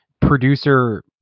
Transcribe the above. Producer